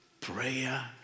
prayer